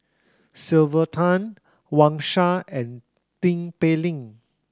Sylvia Tan Wang Sha and Tin Pei Ling